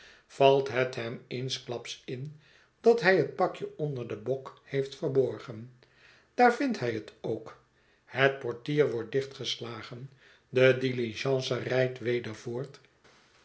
valt het hem eensklaps in dat hij het pakje onder den bok heeft geborgen daar vindt hij het ook het portier wordt dichtgeslagen de diligence rijdt weder voort